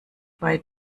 bei